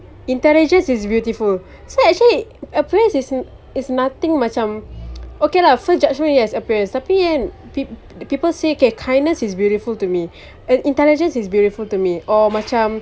intelligence is beautiful so actually appearance is no~ is nothing macam okay lah first judgement yes appearance tapi kan peop~ people say kindness is beautiful to me int~ intelligence is beautiful to me or macam